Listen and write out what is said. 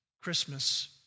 Christmas